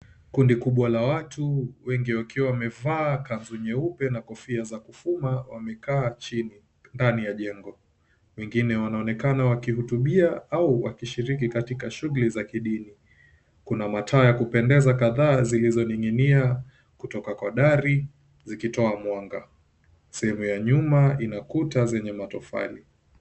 Kundi kubwa la watu wengi wakiwa wamevaa kanzu nyeupe na kofia za kufuma wamekaa chini ndani ya jengo , wengine wanaonekana wakihutubia au wakishiriki katika shughuli za kidini. Kuna mataa ya kupendeza kadhaa zilizoning'inia kutoka kwa dari zikitoa mwanga , sehemu ya nyuma ina Kuta za matofali.